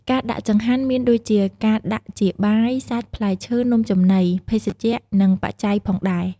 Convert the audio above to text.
ការដាក់ចង្ហាន់មានដូចជាការដាក់ជាបាយ សាច់ ផ្លែឈើ នំចំណី ភេសជ្ជៈ និង បច្ច័យ ផងដែរ។